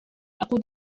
أقود